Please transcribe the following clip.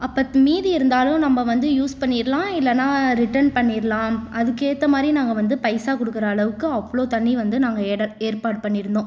அப்போ மீதி இருந்தாலும் நம்ம வந்து யூஸ் பண்ணிடலாம் இல்லைனா ரிட்டன் பண்ணிடலாம் அதுக்கு ஏற்ற மாதிரி நாங்கள் வந்து பைசா கொடுக்குற அளவுக்கு அவ்வளோ தண்ணி வந்து நாங்கள் எடப் ஏற்பாடு பண்ணியிருந்தோம்